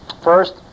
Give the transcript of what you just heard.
first